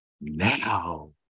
now